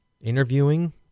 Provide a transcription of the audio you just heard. interviewing